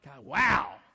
Wow